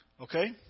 Okay